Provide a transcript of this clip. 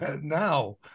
now